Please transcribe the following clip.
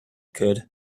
could